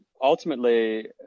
ultimately